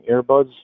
earbuds